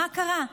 מה קרה?